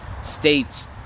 states